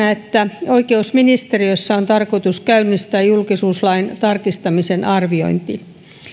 että oikeusministeriössä on tarkoitus käynnistää julkisuuslain tarkistamisen arviointi